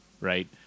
right